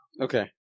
Okay